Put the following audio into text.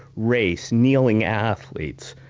race, kneeling athletes.